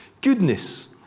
goodness